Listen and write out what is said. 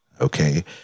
Okay